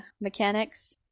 mechanics